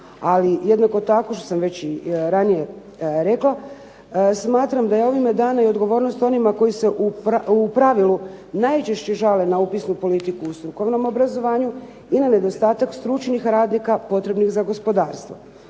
Ali jednako tako kao što sam već i ranije rekla, smatram da je ovime dana odgovornost onima koji se u pravilu najčešće žale na upisnu politiku u strukovnom obrazovanju i na nedostatak stručnih radnika potrebnih za gospodarstvo.